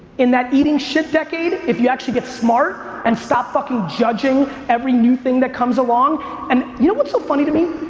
in that eating shit decade, if you actually get smart and stop fucking judging every new thing that comes along and you know what's so funny to me?